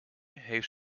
heeft